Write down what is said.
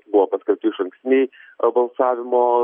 buvo paskelbti išankstiniai balsavimo